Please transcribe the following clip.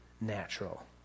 natural